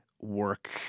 work